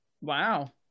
Wow